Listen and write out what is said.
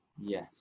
Yes